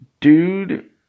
dude